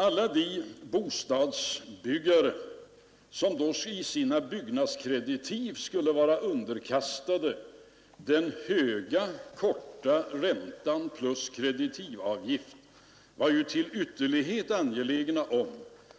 Alla de bostadsbyggare som då i sina byggnadskreditiv skulle vara underkastade den höga korta räntan plus kreditivavgift var till ytterlighet angelägna om